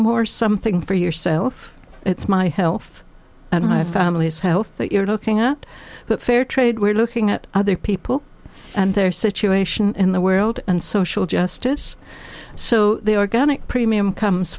more something for yourself it's my health and my family's health that you're looking at but fair trade we're looking at other people and their situation in the world and social justice so the organic premium comes